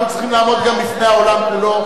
אנחנו צריכים לעמוד גם בפני העולם כולו.